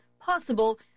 Possible